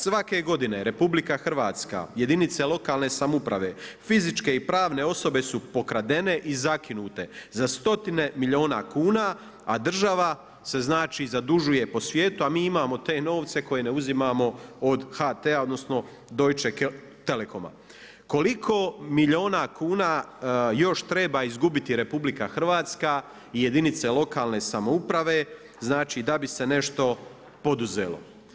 Svake godine RH, jedinice lokalne samouprave, fizičke i pravne osobe su pokradene i zakinute za stotine milijuna kuna, a država se znači, zadužuje po svijetu a mi imao te novce koje ne uzimamo od HT-a odnosno Deutsche telekoma Koliko milijuna kuna još treba izgubiti RH i jedinice lokalne samouprave da bi se nešto poduzelo?